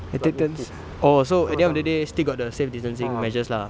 oh so at the end of the day still got the safe distancing measures lah